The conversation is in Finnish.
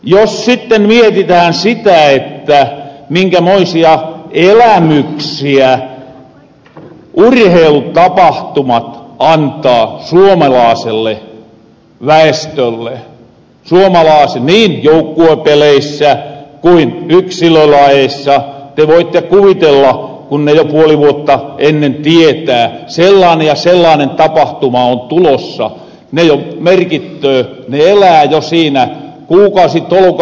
jos sitten mietitähän sitä minkämoisia elämyksiä urheilutapahtumat antaa suomalaaselle väestölle niin joukkuepeleissä kuin yksilölajeissa te voitte kuvitella kun ne jo puoli vuotta ennen tietää sellaanen ja sellaanen tapahtuma on tulossa ne jo merkittöö ne elää jo siinä kuukausitolkulla mukana